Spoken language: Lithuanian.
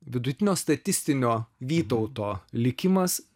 vidutinio statistinio vytauto likimas